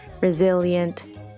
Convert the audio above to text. resilient